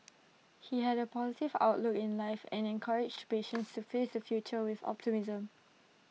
he had A positive outlook in life and encouraged patients to face the future with optimism